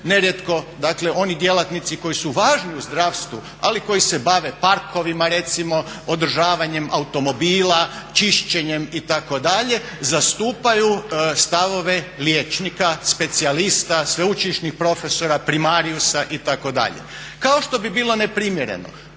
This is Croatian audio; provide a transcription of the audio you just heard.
nerijetko dakle oni djelatnici koji su važni u zdravstvu, ali koji se bave parkovima recimo, održavanjem automobila, čišćenjem itd., zastupaju stavove liječnika specijalista, sveučilišnih profesora, primarijusa itd. Kao što bi bilo neprimjereno